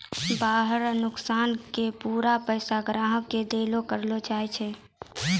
वाहन रो नोकसान के पूरा पैसा ग्राहक के देलो करलो जाय छै